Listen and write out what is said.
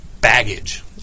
baggage